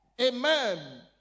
Amen